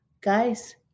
Guys